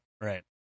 Right